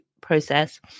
process